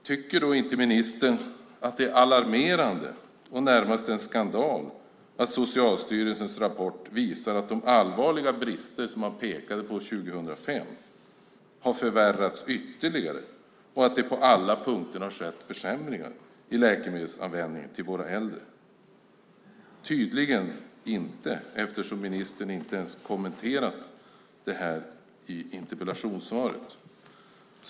Tycker inte ministern att det är alarmerande och närmast en skandal att Socialstyrelsens rapport visar att de allvarliga brister som man pekade på 2005 har förvärrats ytterligare och att det på alla punkter har skett försämringar i läkemedelsanvändningen hos våra äldre? Tydligen inte, eftersom ministern inte ens har kommenterat det i interpellationssvaret.